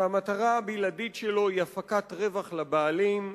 שהמטרה הבלעדית שלו היא הפקת רווח לבעלים.